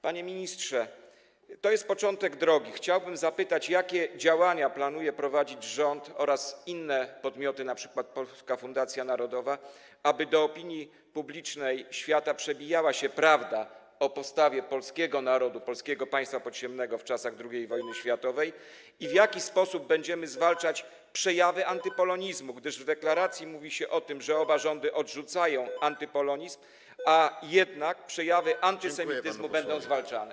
Panie ministrze, to jest początek drogi i chciałbym zapytać, jakie działania planuje prowadzić rząd oraz inne podmioty, np. Polska Fundacja Narodowa, aby do opinii publicznej świata przebijała się prawda o postawie polskiego narodu, Polskiego Państwa Podziemnego w czasach II wojny światowej i w jaki sposób będziemy zwalczać przejawy antypolonizmu, gdyż w deklaracji mówi się o tym, że oba rządy odrzucają antypolonizm, a jednak to przejawy antysemityzmu będą zwalczane.